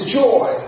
joy